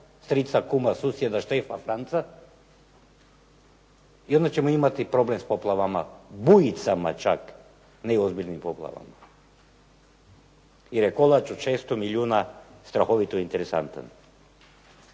strica, kuma, susjeda Štefa, Franca i onda ćemo imati problem sa poplavama, bujicama čak, a ne ozbiljnim poplavama jer je kolač od 600 milijuna strahovito interesantan.